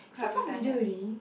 so fast withdrew already